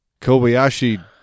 Kobayashi